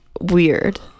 weird